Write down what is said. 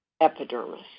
epidermis